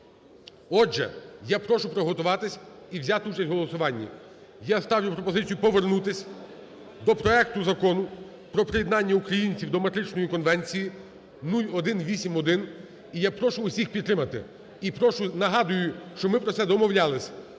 Отже, я прошу приготуватися і взяти участь у голосуванні. Я ставлю пропозицію повернутися до проекту Закону про приєднання України до Метричної конвенції (0181), і я прошу всіх підтримати. І прошу, нагадую, що ми про це домовлялися.